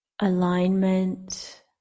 alignment